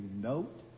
note